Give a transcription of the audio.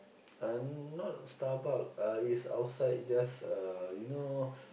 uh not Starbuck uh it's outside just uh you know